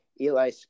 Eli